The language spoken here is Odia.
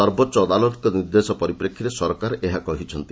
ସର୍ବୋଚ୍ଚ ଅଦାଲତଙ୍କ ନିର୍ଦ୍ଦେଶ ପରିପ୍ରେକ୍ଷୀରେ ସରକାର ଏହା କହିଛନ୍ତି